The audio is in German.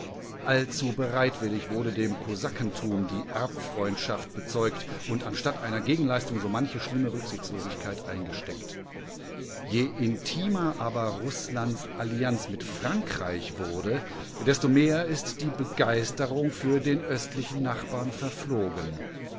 allzu bereitwillig wurde dem kosakentum die erbfreundschaft bezeugt und anstatt einer gegenleistung so manche schlimme rücksichtslosigkeit eingesteckt je intimer aber rußlands allianz mit frankreich wurde desto mehr ist die begeisterung für den östlichen nachbarn verflogen